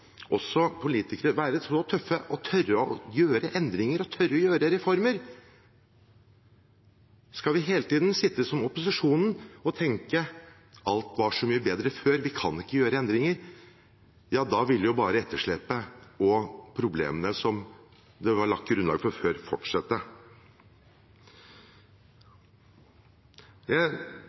også vi politikere være tøffe og tørre å gjøre endringer og gjennomføre reformer. Skal vi hele tiden sitte som opposisjonen og tenke at alt var så mye bedre før, vi kan ikke gjøre endringer? Da vil bare etterslepet og problemene som det var lagt grunnlag for, fortsette.